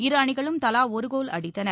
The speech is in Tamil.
இருஅணிகளும் தலா ஒரு கோல் அடித்தன